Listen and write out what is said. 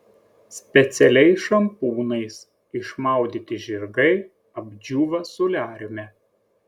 specialiais šampūnais išmaudyti žirgai apdžiūva soliariume